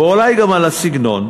ואולי גם על הסגנון,